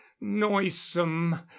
noisome